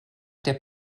der